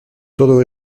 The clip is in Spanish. todo